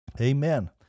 Amen